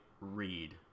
read